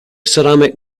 ceramic